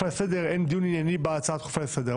לסדר אין דיון ענייני בהצעה הדחופה לסדר.